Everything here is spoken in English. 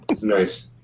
Nice